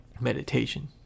meditation